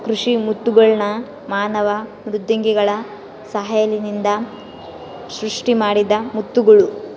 ಕೃಷಿ ಮುತ್ತುಗಳ್ನ ಮಾನವ ಮೃದ್ವಂಗಿಗಳ ಸಹಾಯಲಿಸಿಂದ ಸೃಷ್ಟಿಮಾಡಿದ ಮುತ್ತುಗುಳು